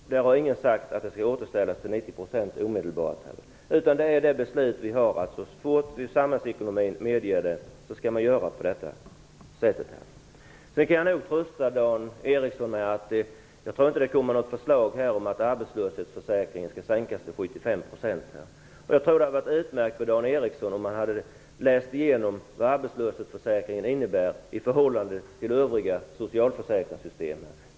Ingen har sagt att det skall återställas till 90 % omedelbart. Det är det beslutet vi har. Så fort samhällsekonomin medger det skall man göra på detta sätt. Jag kan trösta Dan Ericsson med att jag inte tror att det kommer något förslag här om att ersättningsnivån i arbetslöshetsförsäkringen skall sänkas till 75 %. Det skulle nog ha varit bra om Dan Ericsson hade läst igenom vad arbetslöshetsförsäkringen innebär i förhållande till övriga socialförsäkringssystem.